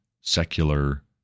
secular